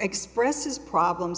expresses problems